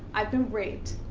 i've been raped.